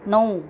नऊ